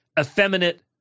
effeminate